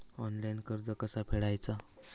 Online कर्ज कसा फेडायचा?